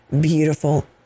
beautiful